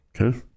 okay